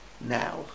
Now